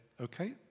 Okay